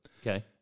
Okay